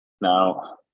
Now